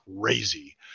crazy